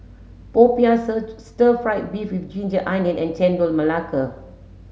popiah stir fry beef with ginger onion and Chendol Melaka